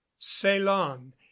ceylon